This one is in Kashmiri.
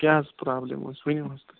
کیٛاہ حظ پرابلِم ٲسۍ ؤنیُو حظ